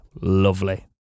Lovely